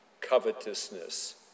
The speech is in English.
covetousness